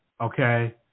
okay